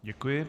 Děkuji.